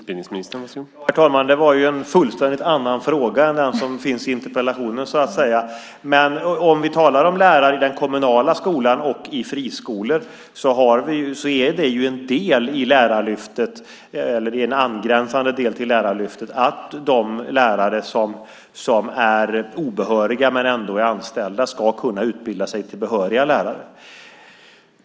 Herr talman! Det är en helt annan fråga än den som ställdes i interpellationen. För lärare i kommunala skolor och friskolor är det en del i Lärarlyftet - eller i en angränsande del - att de som är obehöriga men ändå är anställda ska kunna utbilda sig till behöriga lärare.